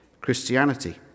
Christianity